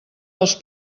dels